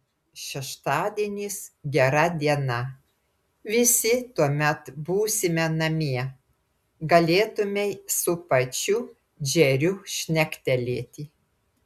šeštadienis gera diena visi tuomet būsime namie galėtumei su pačiu džeriu šnektelėti